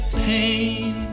pain